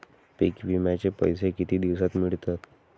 पीक विम्याचे पैसे किती दिवसात मिळतात?